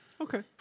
Okay